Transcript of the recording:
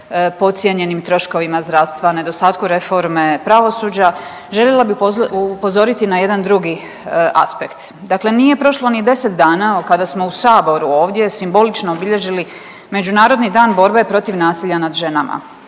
podcijenjenim troškovima zdravstva, nedostatku reforme pravosuđe želila bih upozoriti na jedan drugi aspekt. Dakle, nije prošlo ni deset dana kada smo u Saboru ovdje simbolično obilježili Međunarodni dan borbe protiv nasilja nad ženama,